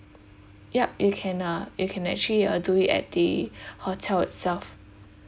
yup you can uh you can actually uh do it at the uh hotel itself